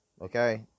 Okay